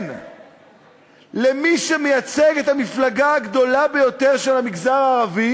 מתחנן למי שמייצג את המפלגה הגדולה ביותר של המגזר הערבי,